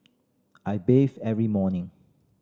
I bathe every morning